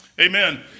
Amen